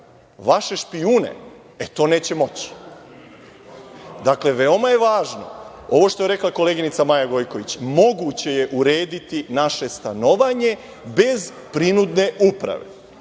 vaše špijune, e, te neće moći. Dakle, veoma je važno ovo što je rekla koleginica Maja Gojković, moguće je urediti naše stanovanje bez prinudne uprave